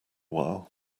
while